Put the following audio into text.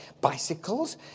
bicycles